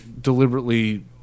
Deliberately